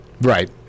Right